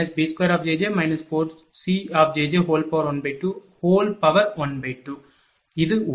Vm212bjj b2jj 4cjj1212 இது ஒன்று